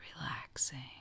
relaxing